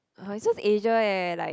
(uh huh) it's just Asia eh like